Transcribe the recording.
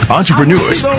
entrepreneurs